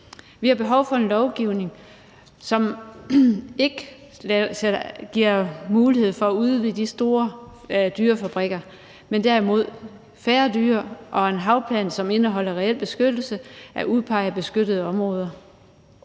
Vi har behov for en lovgivning, som ikke giver mulighed for at udvide de store dyrefabrikker, men derimod fører til færre dyr og en havplan, som indeholder reel beskyttelse af udpegede beskyttede områder.